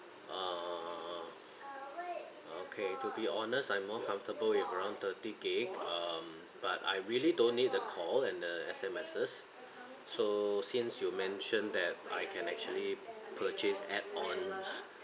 err okay to be honest I'm more comfortable with around thirty gig um but I really don't need the call and the S_M_Ses so since you mentioned that I can actually purchase add-ons